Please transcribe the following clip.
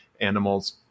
animals